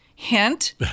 Hint